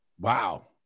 Wow